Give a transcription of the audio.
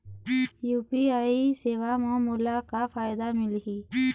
UPI सेवा म मोला का फायदा मिलही?